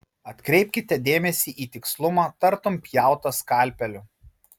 atkreipkite dėmesį į tikslumą tartum pjauta skalpeliu